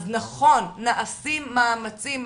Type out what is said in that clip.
אז נכון, נעשים מאמצים.